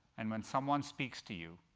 and when someone speaks to you,